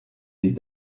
des